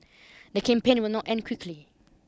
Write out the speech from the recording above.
the campaign will not end quickly